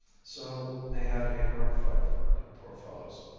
so they had a hard fight for it, poor fellows.